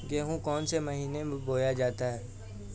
गेहूँ कौन से महीने में बोया जाता है?